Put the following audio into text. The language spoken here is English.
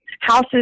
Houses